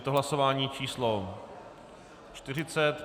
Je to hlasování číslo 40.